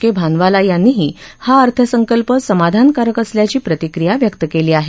के भानवाला यांनीही हा अर्थसंकल्प समाधानकारक असल्याची प्रतिक्रीया व्यक्त केली आहे